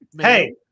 hey